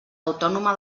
autònoma